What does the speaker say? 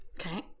Okay